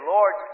Lord